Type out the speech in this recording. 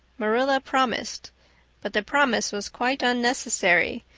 marilla promised but the promise was quite unnecessary,